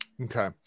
Okay